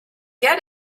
get